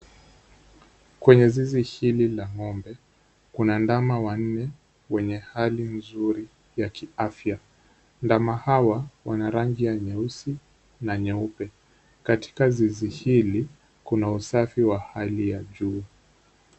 Kwenye zizi hili la ng'ombe kuna ndama wanne wenye hali nzuri ya kiafya. Ndama hawa wana rangi ya nyeusi na nyeupe. Katika zizi hili kuna usafi wa hali ya juu.